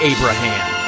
Abraham